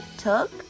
took